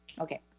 Okay